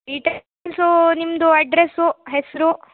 details ನಿಮ್ಮದು address ಹೆಸರು